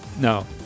No